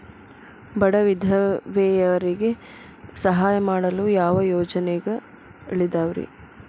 ಬಡ ವಿಧವೆಯರಿಗೆ ಸಹಾಯ ಮಾಡಲು ಯಾವ ಯೋಜನೆಗಳಿದಾವ್ರಿ?